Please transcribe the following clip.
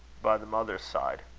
by the mother's side.